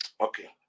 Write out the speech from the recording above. Okay